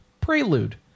Prelude